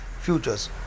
futures